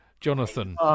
Jonathan